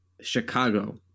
Chicago